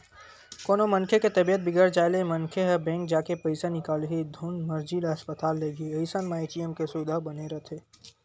कोनो मनखे के तबीयत बिगड़ जाय ले मनखे ह बेंक जाके पइसा निकालही धुन मरीज ल अस्पताल लेगही अइसन म ए.टी.एम के सुबिधा बने रहिथे